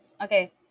Okay